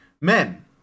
men